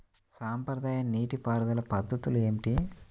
సాంప్రదాయ నీటి పారుదల పద్ధతులు ఏమిటి?